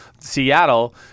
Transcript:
Seattle